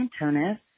Antonis